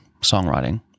songwriting